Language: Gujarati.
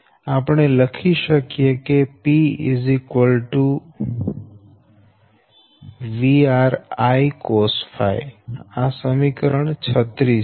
આપણે લખી શકીએ કે P |VR| I cosɸ આ સમીકરણ 36 છે